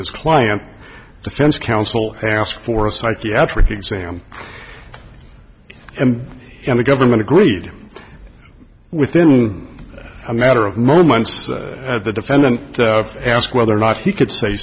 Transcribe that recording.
his client defense counsel asked for a psychiatric exam and the government agreed within a matter of moments the defendant asked whether or not he could say